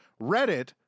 Reddit